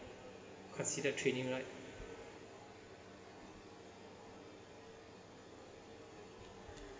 considered training right